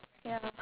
ya